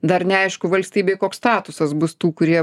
dar neaišku valstybėj koks statusas bus tų kurie